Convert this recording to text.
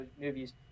movies